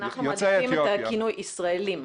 אנחנו מעדיפים את הכינוי "ישראלים".